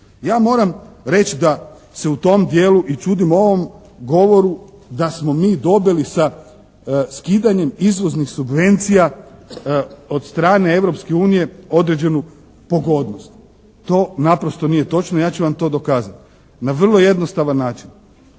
Ja moram reći da se u tom dijelu i čudim ovom govoru da smo mi dobili sa skidanjem izvoznih subvencija od strane Europske unije određenu pogodnost. To naprosto nije točno. Ja ću vam to dokazati na vrlo jednostavan način.